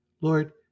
lord